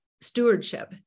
stewardship